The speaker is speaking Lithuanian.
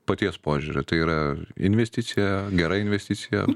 paties požiūriu tai yra investicija gera investicija